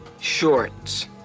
shorts